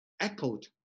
echoed